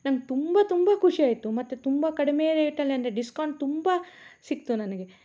ನಂಗೆ ತುಂಬ ತುಂಬ ಖುಷಿ ಆಯಿತು ಮತ್ತು ತುಂಬ ಕಡಿಮೆ ರೇಟಲ್ಲಿ ಅಂದರೆ ಡಿಸ್ಕೌಂಟ್ ತುಂಬ ಸಿಕ್ತು ನನಗೆ